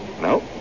No